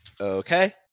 okay